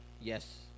Yes